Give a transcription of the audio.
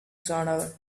sound